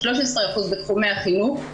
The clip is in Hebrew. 13% בתחומי החינוך,